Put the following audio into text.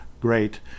Great